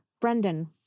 brendan